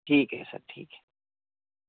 ٹھیک ہے سر ٹھیک ہے